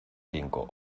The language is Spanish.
cinco